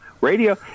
radio